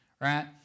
right